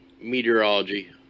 meteorology